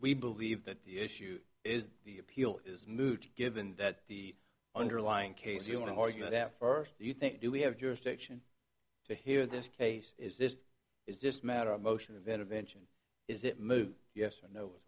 we believe that the issue is the appeal is moot given that the underlying case you want to argue that first do you think do we have jurisdiction to hear this case is this is just a matter of motion of intervention is it moot yes or no